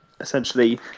essentially